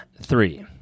three